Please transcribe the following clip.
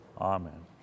Amen